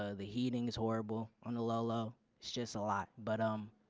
ah the heating is horrible on the low low. it's just a lot but um